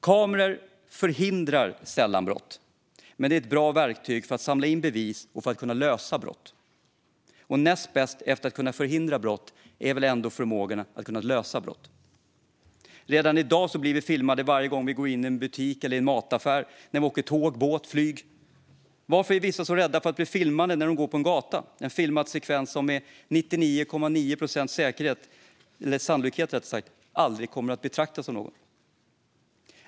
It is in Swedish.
Kameror förhindrar sällan brott, men de är ett bra verktyg för att samla in bevis för att kunna lösa brott. Och näst bäst, efter att kunna förhindra brott, är ändå förmågan att lösa brott. Redan i dag blir vi filmade varje gång vi går in i en butik eller mataffär, när vi åker tåg och båt eller flyger. Varför är vissa så rädda för att bli filmade när de går på en gata - en filmad sekvens som med 99,9 procents sannolikhet aldrig kommer att betraktas av någon?